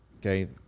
okay